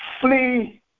flee